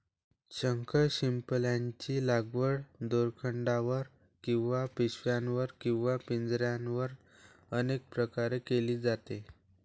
शंखशिंपल्यांची लागवड दोरखंडावर किंवा पिशव्यांवर किंवा पिंजऱ्यांवर अनेक प्रकारे केली जाते